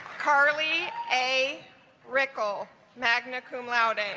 carly a ricky'll magna cum laude and